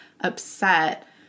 upset